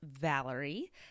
Valerie